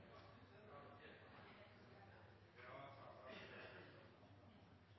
sentralt